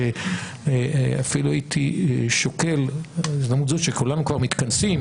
אפילו הייתי שוקל בהזדמנות זו שכולנו כבר מתכנסים,